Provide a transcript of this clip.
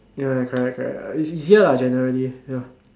ya correct correct it's easier ah generally